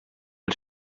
del